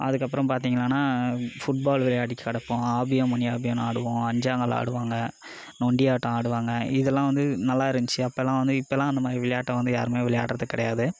அதுக்கு அப்புறம் பார்த்திங்களானா ஃபுட்பால் விளையாடி கிடப்போம் ஆபியம் மணியாபியம் ஆடுவோம் அஞ்சாங்கல் ஆடுவாங்க நொண்டியாட்டம் ஆடுவாங்க இதலாம் வந்து நல்லா இருந்துச்சு அப்போலாம் வந்து இப்போலாம் அந்தமாதிரி விளையாட்டை வந்து யாருமே விளையாடுகிறது கிடையாது